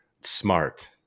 smart